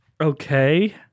Okay